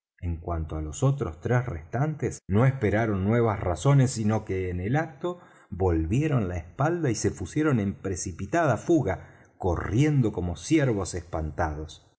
en cuanto á los tres restantes no esperaron nuevas razones sino que en el acto volvieron la espalda y se pusieron en precipitada fuga corriendo como ciervos espantados